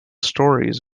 stories